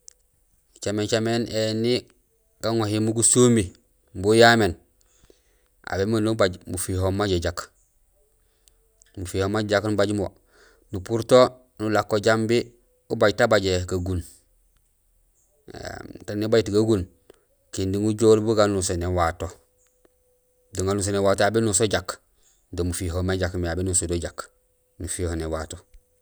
Nucaméén éni gaŋohi imbi gusumi, bu uyaméén, aw mundum ubaj mufihohum ma jajaak; mufihohum ma jajaak éni ubaaj mo, nupuur to nulako jambi ubaj ta bajé gagun éém, taan umumé bajut gagun, kindi ujool bu ganuso néwato. Do ganuso néwato aw bénuso jaak do mufihohum ma jaak mé aw bénusodo jaak nufiho néwato.